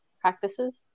practices